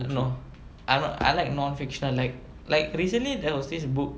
no I'm I like non fiction like like recently there was this book